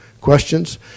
questions